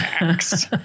Max